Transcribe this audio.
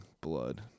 blood